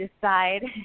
decide